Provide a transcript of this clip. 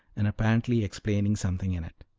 and apparently explaining something in it.